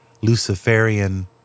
Luciferian